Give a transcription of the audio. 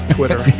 Twitter